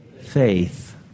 faith